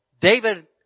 David